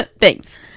Thanks